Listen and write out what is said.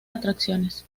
atracciones